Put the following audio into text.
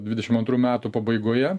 dvidešim antrų metų pabaigoje